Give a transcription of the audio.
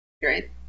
great